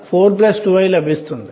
L 1 మళ్లీ 8 అవుతుంది